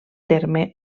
terme